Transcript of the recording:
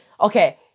okay